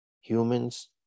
humans